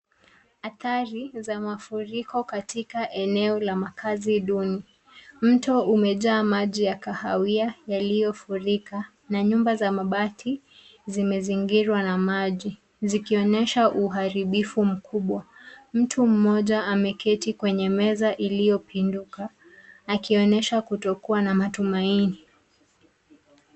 Athari za mafuriko katika eneo la makaazi duni. Mto umejaa maji ya kahawia yaliyofurika na nyumba za mabati zimezingirwa na maji zikionyesha uharibifu mkubwa. Mtu mmoja ameketi kwenye meza iliyopinduka akionyesha kutokuwa na matumaini.